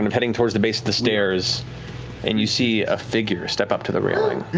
um heading towards the base of the stairs and you see a figure step up to the railing.